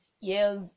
yes